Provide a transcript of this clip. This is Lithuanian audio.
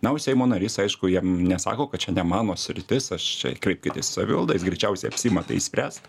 na o seimo narys aišku jam nesako kad čia ne mano sritis aš čia kreipkitės į savivaldą jsi greičiausiai apsiima tai spręst